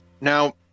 Now